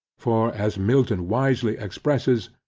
for, as milton wisely expresses,